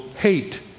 hate